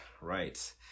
right